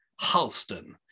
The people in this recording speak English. halston